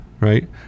right